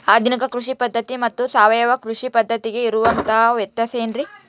ಆಧುನಿಕ ಕೃಷಿ ಪದ್ಧತಿ ಮತ್ತು ಸಾವಯವ ಕೃಷಿ ಪದ್ಧತಿಗೆ ಇರುವಂತಂಹ ವ್ಯತ್ಯಾಸ ಏನ್ರಿ?